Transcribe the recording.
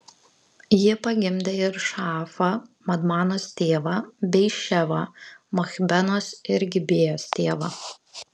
ji pagimdė ir šaafą madmanos tėvą bei ševą machbenos ir gibėjos tėvą